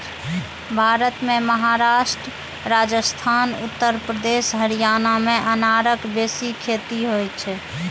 भारत मे महाराष्ट्र, राजस्थान, उत्तर प्रदेश, हरियाणा मे अनारक बेसी खेती होइ छै